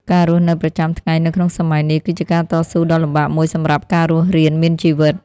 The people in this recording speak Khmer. ការរស់នៅប្រចាំថ្ងៃនៅក្នុងសម័យនេះគឺជាការតស៊ូដ៏លំបាកមួយសម្រាប់ការរស់រានមានជីវិត។